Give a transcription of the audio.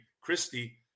Christie